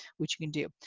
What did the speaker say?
which you can do.